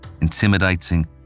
intimidating